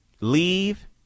leave